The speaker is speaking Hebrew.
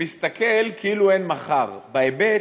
מסתכל כאילו אין מחר בהיבט,